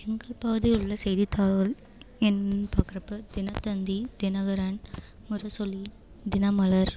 எங்கள் பகுதியில் உள்ள செய்தித்தாள் என்ன பார்க்குறப்ப தினத்தந்தி தினகரன் முரசொலி தினமலர்